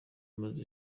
maze